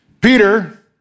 Peter